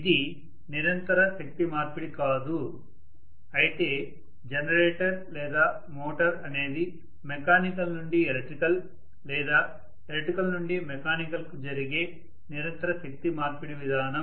ఇది నిరంతర శక్తి మార్పిడి కాదు అయితే జనరేటర్ లేదా మోటారు అనేది మెకానికల్ నుండి ఎలక్ట్రికల్ లేదా ఎలక్ట్రికల్ నుండి మెకానికల్ కు జరిగే నిరంతర శక్తి మార్పిడి విధానం